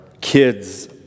kids